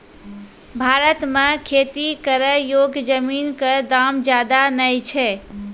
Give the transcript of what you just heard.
भारत मॅ खेती करै योग्य जमीन कॅ दाम ज्यादा नय छै